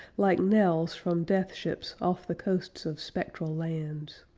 like knells from death-ships off the coasts of spectral lands.